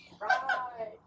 Right